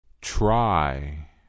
Try